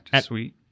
sweet